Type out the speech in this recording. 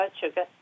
sugar